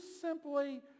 simply